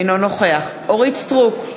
אינו נוכח אורית סטרוק,